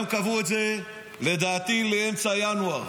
הם קבעו את זה לדעתי לאמצע ינואר.